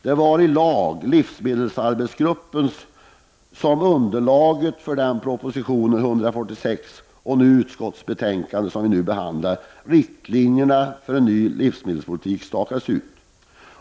Det var i livsmedelsarbetsgruppen, LAG, som underlaget för proposition 146 och det betänkande som vi nu behandlar togs fram och riktlinjerna för en ny livsmedelspolitik stakades ut.